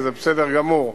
וזה בסדר גמור,